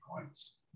points